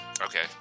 Okay